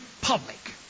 public